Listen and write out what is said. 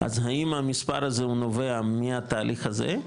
אז האם המספר הזה נובע מהתהליך הזה?